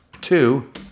two